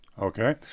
Okay